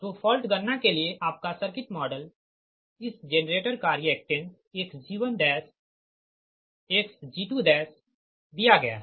तो फॉल्ट गणना के लिए आपका सर्किट मॉडल इस जेनरेटर का रिएक्टेंस xg1 xg2 दिया गया है